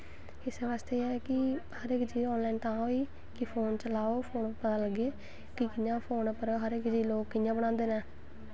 इस बास्तै एह् कि हर इक चीज़ ऑन लाईन तां होई कि फोन चलाओ फोन पता लग्गे कि फोन उप्पर हर इक चीज़ कि'यां बनांदे नै